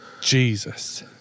Jesus